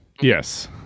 Yes